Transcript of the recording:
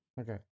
Okay